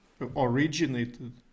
originated